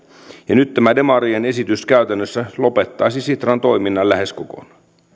ja nyt tämä demarien esitys käytännössä lopettaisi sitran toiminnan lähes kokonaan